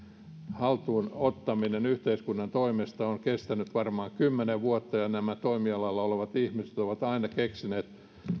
haltuun ottaminen yhteiskunnan toimesta on kestänyt varmaan kymmenen vuotta ja nämä toimialalla olevat ihmiset ovat aina keksineet uutta